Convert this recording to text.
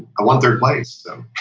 i won third place